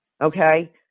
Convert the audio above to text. okay